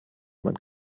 man